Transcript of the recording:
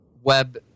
web